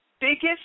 biggest